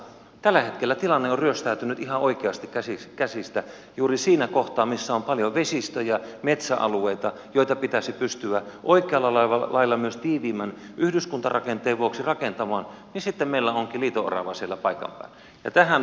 tällä hetkellä tilanne on ryöstäytynyt ihan oikeasti käsistä juuri siinä kohtaa missä on paljon vesistöjä metsäalueita joita pitäisi pystyä oikealla lailla myös tiiviimmän yhdyskuntarakenteen vuoksi rakentamaan ja sitten meillä onkin liito orava siellä paikan päällä